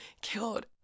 killed